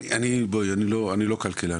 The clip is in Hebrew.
אני מעריך,